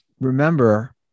remember